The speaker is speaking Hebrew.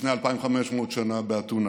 לפני 2,500 שנה באתונה.